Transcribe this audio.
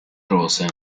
rose